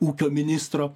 ūkio ministro